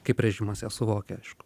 kaip režimas ją suvokė aišku